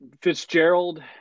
Fitzgerald